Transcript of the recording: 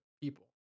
people